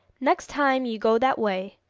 next time you go that way,